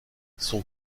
son